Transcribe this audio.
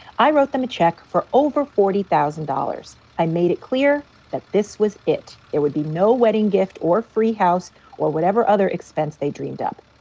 i wrote them a check for over forty thousand dollars. i made it clear that this was it. it would be no wedding gift or free house or whatever other expense they dreamed up.